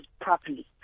properly